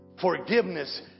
Forgiveness